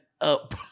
up